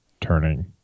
turning